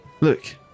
look